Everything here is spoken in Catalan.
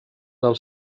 del